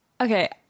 okay